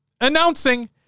announcing